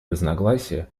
разногласия